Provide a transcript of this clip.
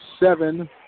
Seven